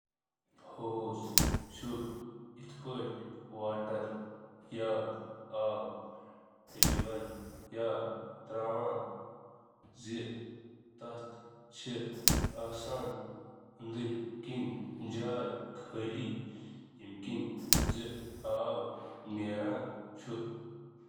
کیا تُہۍ ہیٚکوا بیان کٔرِتھ زِ نلی کِتھ کٔنۍ چھِ آب واتناوان؟